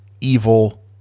evil